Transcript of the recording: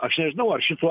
aš nežinau ar šituo